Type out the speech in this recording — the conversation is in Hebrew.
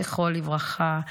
זכרו לברכה,